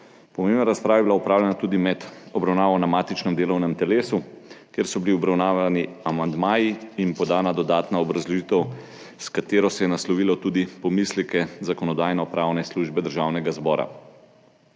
Pomembna razprava je bila opravljena tudi med obravnavo na matičnem delovnem telesu, kjer so bili obravnavani amandmaji in podana dodatna obrazložitev, s katero se je naslovilo tudi pomisleke Zakonodajno-pravne službe Državnega zbora.